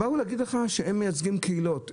באו להגיד לך שהם מיצגים קהילות,